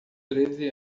treze